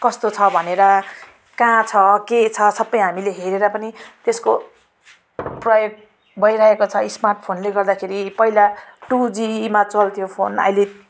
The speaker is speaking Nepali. कस्तो छ भनेर कहाँ छ के छ सबै हामीले हेरेर पनि त्यसको प्रयोग भइरहेको छ स्मार्टफोनले गर्दाखेरि पहिला टु जीमा चल्थ्यो फोन अहिले